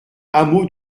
hameau